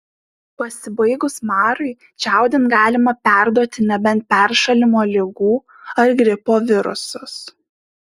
pasibaigus marui čiaudint galima perduoti nebent peršalimo ligų ar gripo virusus